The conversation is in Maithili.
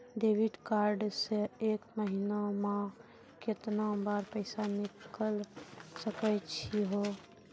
डेबिट कार्ड से एक महीना मा केतना बार पैसा निकल सकै छि हो?